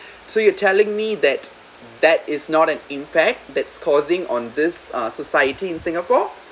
so you're telling me that that is not an impact that's causing on this uh society in singapore